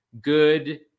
good